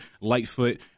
Lightfoot